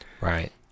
Right